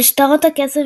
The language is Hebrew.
על שטרות כסף,